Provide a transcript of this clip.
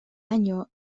año